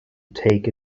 take